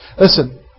Listen